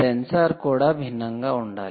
censor కూడా భిన్నంగా ఉండాలి